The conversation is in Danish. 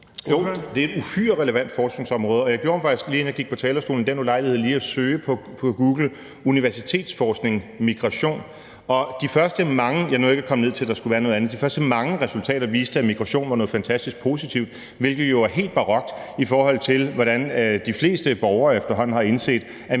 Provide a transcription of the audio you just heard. Jo, det er et uhyre relevant forskningsområde, og jeg gjorde mig faktisk, inden jeg gik på talerstolen, lige den ulejlighed at søge på Google: universitetsforskning, migration. Og de første mange resultater – jeg nåede ikke at komme ned til, at der skulle være noget andet – viste, at migration var noget fantastisk positivt, hvilket jo er helt barokt, i forhold til hvordan de fleste borgere efterhånden har indset, at